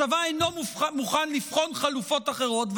הצבא אינו מוכן לבחון חלופות אחרות.